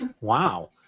Wow